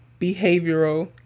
behavioral